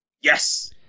Yes